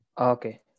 Okay